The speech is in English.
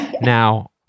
Now